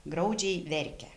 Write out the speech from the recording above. graudžiai verkia